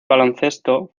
baloncesto